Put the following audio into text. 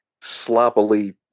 sloppily